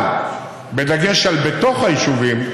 אבל בדגש על מה שבתוך היישובים,